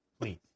please